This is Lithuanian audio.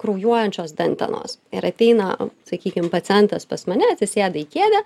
kraujuojančios dantenos ir ateina sakykim pacientas pas mane atsisėda į kėdę